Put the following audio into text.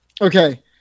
Okay